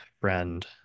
friend